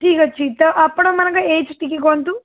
ଠିକ୍ ଅଛି ତ ଆପଣମାନଙ୍କ ଏଜ୍ ଟିକେ କହନ୍ତୁ